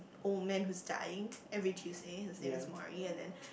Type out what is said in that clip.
old man who's dying every Tuesday his name is Morrie and then